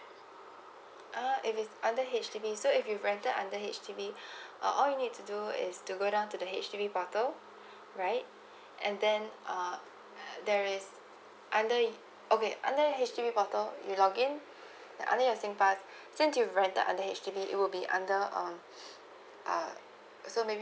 ah if it's under H_D_B so if you rented under H_D_B all you need to do is to go down to the H_D_B portal right and then uh there is under okay under H_D_B portal you log in under your sing pass since you rented under H_D_B it will be under um uh so maybe